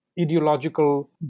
ideological